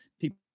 people